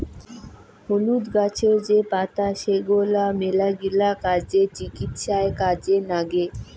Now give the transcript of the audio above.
হলুদ গাছের যে পাতা সেগলা মেলাগিলা কাজে, চিকিৎসায় কাজে নাগে